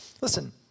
listen